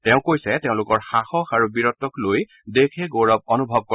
তেওঁ কৈছে তেওঁলোকৰ সাহস আৰু বীৰত্বক লৈ দেশে গৌৰৱ অনুভৱ কৰে